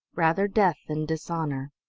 rather death than dishonor!